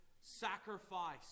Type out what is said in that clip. sacrifice